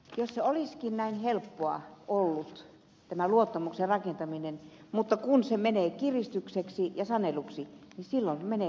jos se olisikin näin helppoa ollut tämä luottamuksen rakentaminen mutta kun se menee kiristykseksi ja saneluksi niin silloin menee luottamukselta pohja